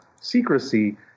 secrecy